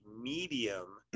medium